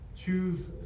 choose